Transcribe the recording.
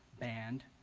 band,